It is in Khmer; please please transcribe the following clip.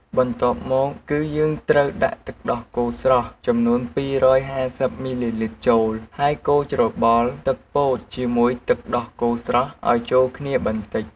បន្ទាប់មកគឺយើងត្រូវដាក់ទឹកដោះគោស្រស់ចំនួន២៥០មីលីលីត្រចូល ហើយកូរច្របល់ទឹកពោតជាមួយទឹកដោះគោស្រស់ឱ្យចូលគ្នាបន្ដិច។